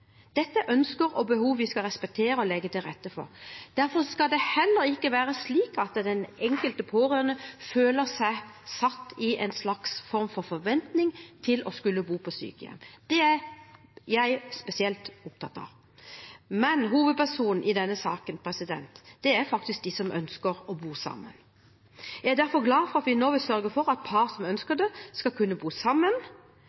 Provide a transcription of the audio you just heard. Dette er ønsker og behov vi skal respektere og legge til rette for. Derfor skal det heller ikke være slik at den enkelte pårørende føler seg satt i en slags form for forventning til å skulle bo på sykehjem. Det er jeg spesielt opptatt av. Men hovedpersonene i denne saken er faktisk de som ønsker å bo sammen. Jeg er derfor glad for at vi nå vil sørge for at par som